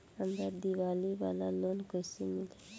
हमरा दीवाली वाला लोन कईसे मिली?